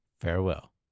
Farewell